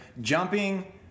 jumping